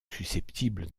susceptible